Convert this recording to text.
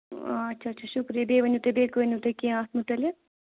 اَچھا اَچھا شُکریہ بیٚیہِ ؤنِو تُہۍ بیٚیہِ ؤنِو تُہۍ کینٛہہ اَتھ مُتعلق